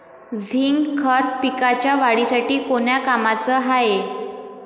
Zinc खत पिकाच्या वाढीसाठी कोन्या कामाचं हाये?